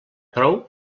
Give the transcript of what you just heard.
prou